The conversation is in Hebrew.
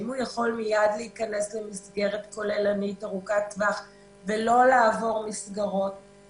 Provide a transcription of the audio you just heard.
אם הוא יכול להיכנס מיד למסגרת כוללנית ארוכת טווח ולא לעבור מסגרות.